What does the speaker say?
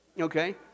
Okay